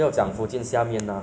then 还有卖 um